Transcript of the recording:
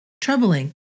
troubling